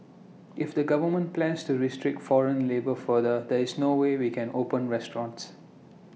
if the government plans to restrict foreign labour further there is no way we can open restaurants